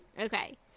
okay